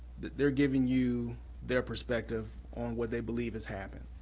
they're giving you their perspective on what they believe has happened.